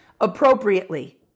appropriately